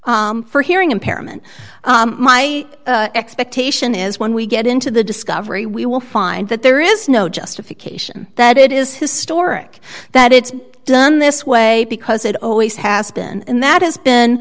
for hearing impairment my expectation is when we get into the discovery we will find that there is no justification that it is historic that it's done this way because it always has been and that has been